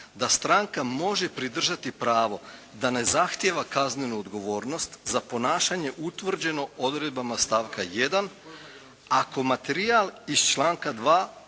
da stranka može pridržati pravo da ne zahtijeva kaznenu odgovornost za ponašanje utvrđeno odredbama stavka 1. ako materijal iz članka 2.